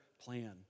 plan